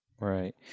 Right